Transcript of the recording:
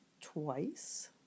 twice